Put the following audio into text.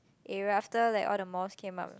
area after like all the malls came up